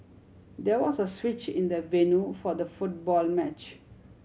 there was a switch in the venue for the football match